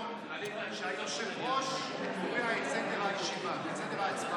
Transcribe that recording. בתקנון שהיושב-ראש קובע את סדר ההצבעה.